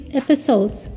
episodes